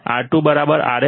R2 Rf 20 આ 20 છે